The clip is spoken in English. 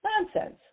Nonsense